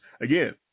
Again